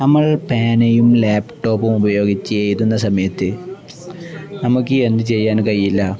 നമ്മൾ പേനയും ലാപ്ടോപ്പും ഉപയോഗിച്ചെഴുതുന്ന സമയത്ത് നമുക്ക് എന്തു ചെയ്യാൻ കഴിയില്ലാ